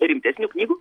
rimtesnių knygų